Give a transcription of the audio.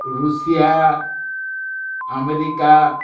Russia America